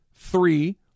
three